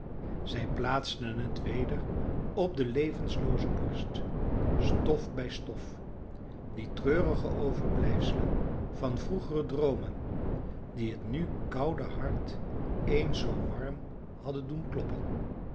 zij plaatsten het weder op de levenlooze borst stof bij stof die treurige overblijfselen van vroegere droomen die het nu koude hart eens zoo warm hadden doen kloppen